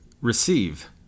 receive